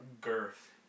Girth